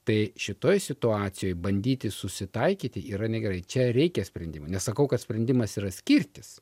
tai šitoj situacijoj bandyti susitaikyti yra negerai čia reikia sprendimo nesakau kad sprendimas yra skirtis